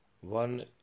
one